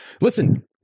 Listen